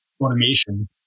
automation